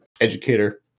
educator